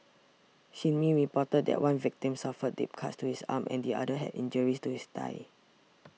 Shin Min reported that one victim suffered deep cuts to his arm and the other had injuries to his thigh